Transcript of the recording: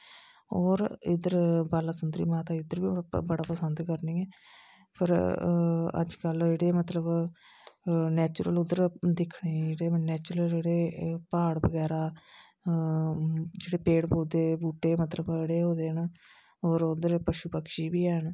और इद्धर बाला सुंदरी माता इद्धर बी बड़ा पंसद करनी आं पर अजकल जेहडे़ मतलब नैचरुल उद्धर दिक्खने गी जेहडे़ नैचरुल जेहडे़ प्हाड़ बगैरा न जेहडे़ पेड़ पोधे बूहटे मतलब जेहडे़ हो ना और उद्धर पशु पक्षी बी हैन